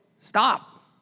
stop